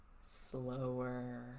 slower